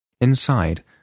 Inside